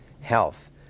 health